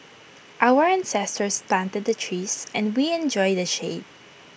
our ancestors planted the trees and we enjoy the shade